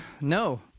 no